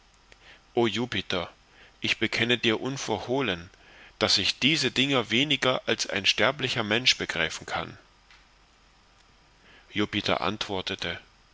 o jupiter ich bekenne dir unverhohlen daß ich diese dinge weniger als ein sterblicher mensch begreifen kann jupiter antwortete